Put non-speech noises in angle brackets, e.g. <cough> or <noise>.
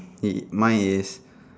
<noise> mine is